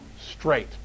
straight